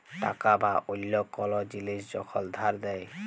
টাকা বা অল্য কল জিলিস যখল ধার দেয়